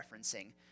referencing